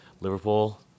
liverpool